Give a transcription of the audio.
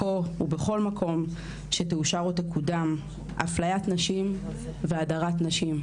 פה ובכל מקום שתאושר או תקודם אפליית נשים והדרת נשים.